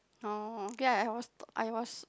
oh okay I was I was